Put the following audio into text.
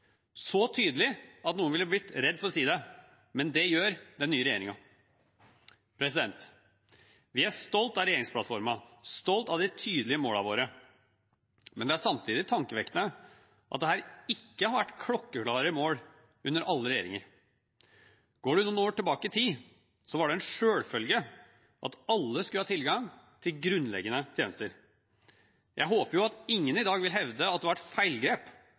så tydelig at noen ville vært redd for å si det – men dette gjør den nye regjeringen. Vi er stolte av regjeringsplattformen og av de tydelige målene våre, men det er samtidig tankevekkende at dette ikke har vært klokkeklare mål under alle regjeringer. Går man noen år tilbake i tid, var det en selvfølge at alle skulle ha tilgang til grunnleggende tjenester. Jeg håper at ingen i dag vil hevde at det var et feilgrep